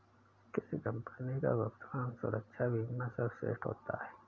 किस कंपनी का भुगतान सुरक्षा बीमा सर्वश्रेष्ठ होता है?